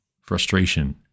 frustration